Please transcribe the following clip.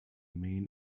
main